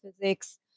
physics